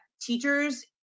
teachers